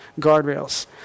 guardrails